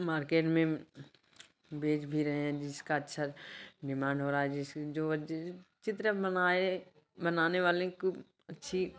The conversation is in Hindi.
मार्केट में भेज भी रहे हैं जिसका अच्छा डिमांड हो रहा है जिसकी जो चित्र बनाए बनाने वाले को अच्छी